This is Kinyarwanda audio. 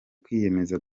kwiyemeza